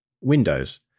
Windows